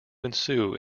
ensue